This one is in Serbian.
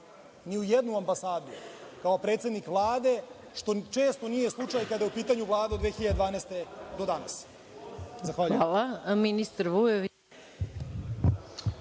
ni u jednu ambasadu, kao predsednik Vlade, što često nije slučaj, kada je u pitanju Vlada od 2012. godine do danas.